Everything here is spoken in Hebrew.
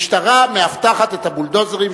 המשטרה מאבטחת את הבולדוזרים,